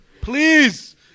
Please